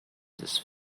this